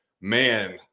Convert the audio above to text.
man